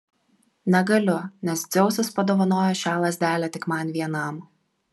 negaliu nes dzeusas padovanojo šią lazdelę tik man vienam